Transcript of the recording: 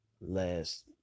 last